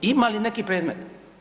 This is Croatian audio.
Ima li neki predmet?